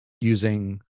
using